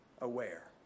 aware